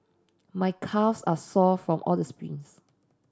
my calves are sore from all the sprints